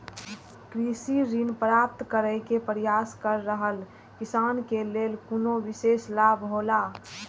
कृषि ऋण प्राप्त करे के प्रयास कर रहल किसान के लेल कुनु विशेष लाभ हौला?